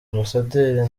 ambasaderi